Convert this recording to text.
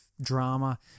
drama